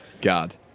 God